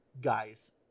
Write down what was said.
guys